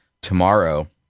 tomorrow –